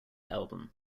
album